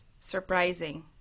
surprising